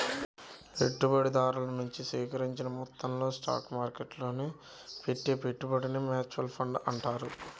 పెట్టుబడిదారుల నుంచి సేకరించిన మొత్తాలతో స్టాక్ మార్కెట్టులో పెట్టే పెట్టుబడినే మ్యూచువల్ ఫండ్ అంటారు